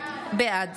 בעד